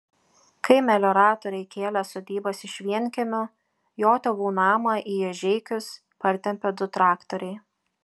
kai melioratoriai kėlė sodybas iš vienkiemių jo tėvų namą į ežeikius partempė du traktoriai